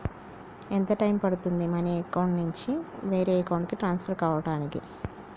ఎంత టైం పడుతుంది money account నుంచి వేరే అకౌంట్ కి ట్రాన్స్ఫర్ కావటానికి?